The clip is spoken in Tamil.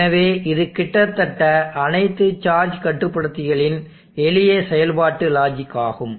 எனவே இது கிட்டத்தட்ட அனைத்து சார்ஜ் கட்டுப்படுத்திகளின் எளிய செயல்பாட்டு லாஜிக் ஆகும்